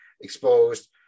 exposed